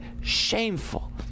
shameful